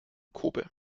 kōbe